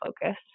focus